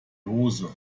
hose